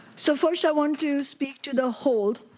so first, i want to speak to the hold.